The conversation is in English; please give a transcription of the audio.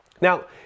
Now